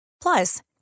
Plus